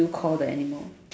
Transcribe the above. call the animal